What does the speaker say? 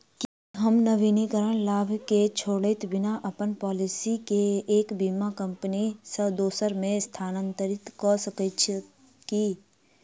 की हम नवीनीकरण लाभ केँ छोड़इत बिना अप्पन पॉलिसी केँ एक बीमा कंपनी सँ दोसर मे स्थानांतरित कऽ सकैत छी की?